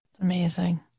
Amazing